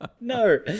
No